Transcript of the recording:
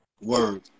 Word